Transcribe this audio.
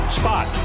spot